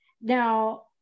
Now